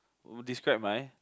describe my